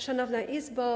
Szanowna Izbo!